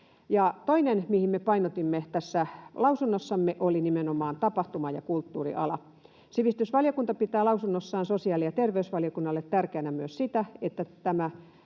Toinen asia, mitä me painotimme tässä lausunnossamme, oli nimenomaan tapahtuma- ja kulttuuriala. Sivistysvaliokunta pitää lausunnossaan sosiaali- ja terveysvaliokunnalle tärkeänä myös sitä,